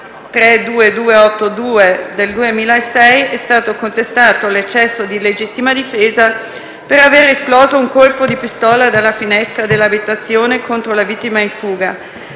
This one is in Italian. n. 32282 del 2006 è stato contestato l'eccesso di legittima difesa per aver esploso un colpo di pistola dalla finestra dell'abitazione contro la vittima in fuga;